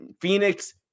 phoenix